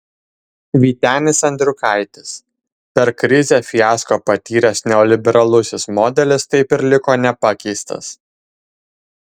vytenis andriukaitis per krizę fiasko patyręs neoliberalusis modelis taip ir liko nepakeistas